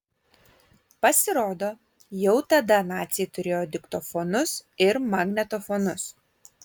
pasirodo jau tada naciai turėjo diktofonus ir magnetofonus